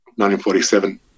1947